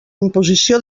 imposició